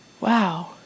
Wow